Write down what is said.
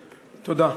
תודה.